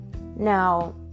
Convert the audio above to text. Now